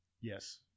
Yes